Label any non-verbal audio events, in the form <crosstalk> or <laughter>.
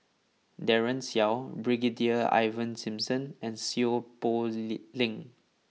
Daren Shiau Brigadier Ivan Simson and Seow Poh <hesitation> Leng